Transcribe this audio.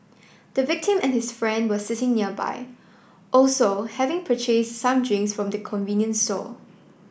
the victim and his friend were sitting nearby also having purchase some drinks from the convenience store